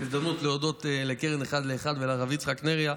זו הזדמנות להודות לקרן אחד לאחד ולרב יצחק נריה.